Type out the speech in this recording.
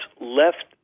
left